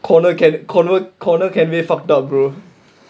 name fucked up brother